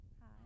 Hi